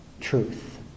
truth